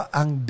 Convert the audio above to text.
ang